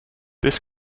this